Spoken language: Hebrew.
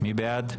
מי בעד?